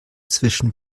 zwischen